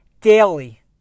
daily